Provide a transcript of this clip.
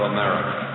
America